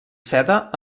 seda